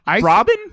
Robin